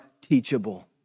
teachable